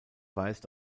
weist